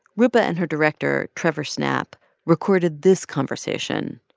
roopa and her director trevor snapp recorded this conversation.